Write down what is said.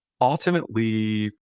ultimately